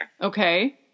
Okay